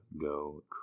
go